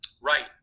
right